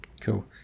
Cool